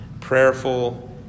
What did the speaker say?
prayerful